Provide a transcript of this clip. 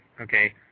okay